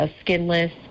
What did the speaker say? skinless